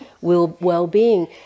well-being